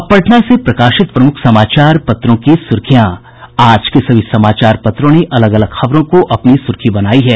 अब पटना से प्रकाशित प्रमुख समाचार पत्रों की सुर्खियां आज के सभी समाचार पत्रों ने अलग अलग खबरों को अपनी सुर्खी बनायी है